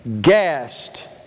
gassed